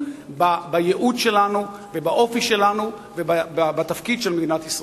בייעוד שלנו ובאופי שלנו ובתפקיד של מדינת ישראל.